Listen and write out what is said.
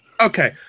Okay